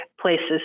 places